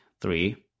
three